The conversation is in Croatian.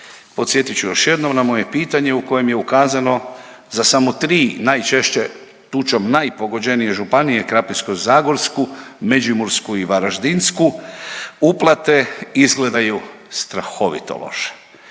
Podsjetit ću još jednom na moje pitanje u kojem je ukazano za samo tri najčešće tučom najpogođenije županije Krapinsko-zagorsku, Međimursku i Varaždinsku uplate izgledaju strahovito loše.